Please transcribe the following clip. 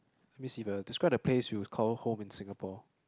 let me see whether describe the place you call home in Singapore